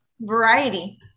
variety